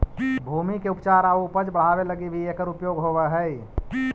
भूमि के उपचार आउ उपज बढ़ावे लगी भी एकर उपयोग होवऽ हई